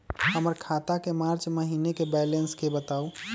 हमर खाता के मार्च महीने के बैलेंस के बताऊ?